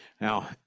Now